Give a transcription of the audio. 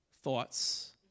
Thoughts